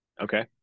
Okay